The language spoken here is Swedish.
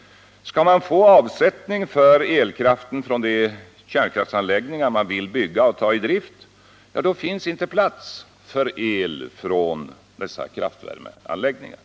— skall man få avsättning för elkraften från de kärnkraftsanläggningar man vill bygga och ta i drift, finns det inte plats för el från kraftvärmeanläggningar.